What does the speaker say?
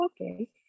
okay